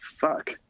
fuck